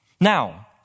Now